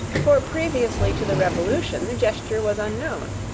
for previously to the revolution the gesture was unknown.